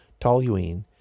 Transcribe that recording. toluene